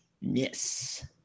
Yes